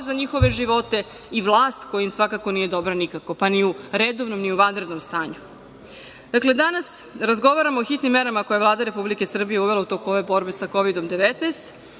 za njihove živote i vlast koja im svakako nije dobra nikako, pa ni u redovnom, ni u vanrednom stanju. Dakle, danas razgovaramo o hitnim merama koje Vlada Republike Srbije uvela u toku ove borbe sa Kovidom - 19.